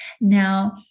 now